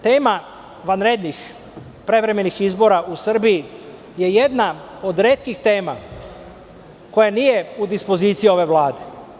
Tema vanrednih prevremenih izbora u Srbiji je jedna od retkih tema koja nije u dispoziciji ove Vlade.